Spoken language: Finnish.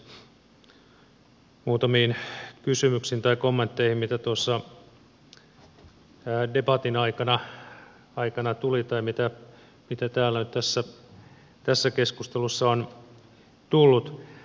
muutamiin kysymyksiin tai kommentteihin mitä tuossa debatin aikana tuli tai mitä täällä nyt tässä keskustelussa on tullut